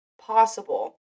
possible